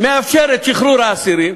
מאפשר את שחרור האסירים